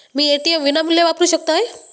मी ATM विनामूल्य वापरू शकतय?